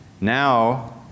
Now